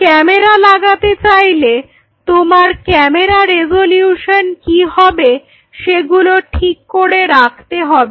camera লাগাতে চাইলে তোমার ক্যামেরা রেসোলিউশন কি হবে সেগুলো ঠিক করে রাখতে হবে